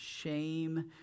shame